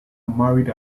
married